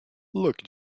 look